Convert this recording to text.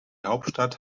hauptstadt